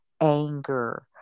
anger